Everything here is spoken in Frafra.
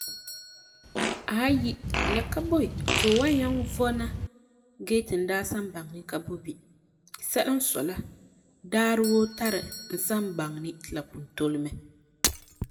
Aayi, la ka boi ti fu wan nyaŋɛ vɔna gee ti n daa san baŋɛ ni ka boi bini, sɛla n sɔi la ,daarɛ woo tari n san baŋɛ ni ti la pugum tole mɛ